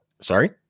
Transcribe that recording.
sorry